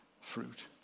fruit